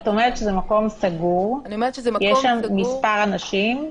את אומרת שזה מקום סגור, יש שם מספר אנשים,